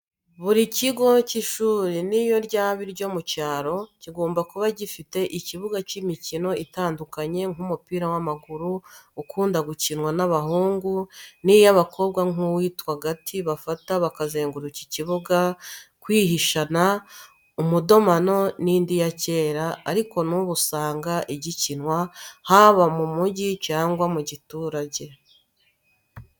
Buri kigo cy'ishuri n'iyo ryaba iryo mu cyaro, kigomba kuba gifite ikibuga cy'imikino itandukanye: nk'umupira w'amaguru ukunda gukinwa n'abahungu n'iy'abakobwa nk'uwitwa agati bafata bakazenguruka ikibuga, kwihishana, umudomano n'indi ya kera ariko n'ubu usanga igikinwa, haba mu mugi cyangwa mu giturage.